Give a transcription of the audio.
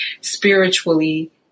spiritually